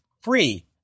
free